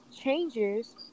changes